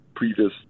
Previous